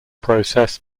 process